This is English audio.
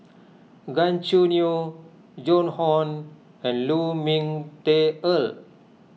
Gan Choo Neo Joan Hon and Lu Ming Teh Earl